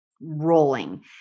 rolling